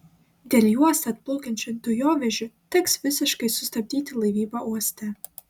dėl į uostą atplauksiančių dujovežių teks visiškai sustabdyti laivybą uoste